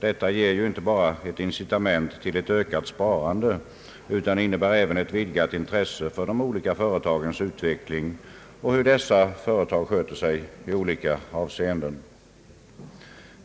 Detta ger ju inte bara ett incitament till ökat sparande, utan innebär även ett vidgat intresse för de olika företagens utveckling och hur dessa sköter sig i skilda avseenden.